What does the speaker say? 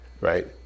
right